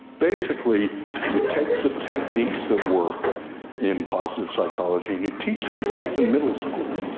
basically you take the techniques that work in positive psychology and you teach them to kids in middle school,